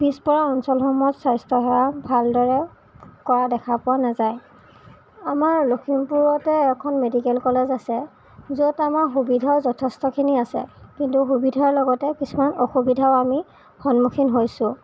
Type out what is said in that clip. পিছপৰা অঞ্চলসমূহত স্বাস্থ্য়সেৱা ভালদৰে কৰা দেখা পোৱা নাযায় আমাৰ লখিমপুৰতে এখন মেডিকেল কলেজ আছে য'ত আমাৰ সুবিধা যথেষ্টখিনি আছে কিন্তু সুবিধাৰ লগতে কিছুমান অসুবিধাৰো আমি সন্মুখীন হৈছোঁ